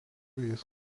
jis